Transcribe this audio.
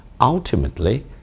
ultimately